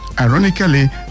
Ironically